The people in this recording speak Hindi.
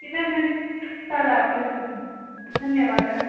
जी मैम मैं कल आती हूँ धन्यवाद मैम